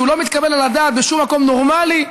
שלא מתקבל על הדעת בשום מקום נורמלי,